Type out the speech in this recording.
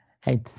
Hey